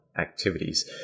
activities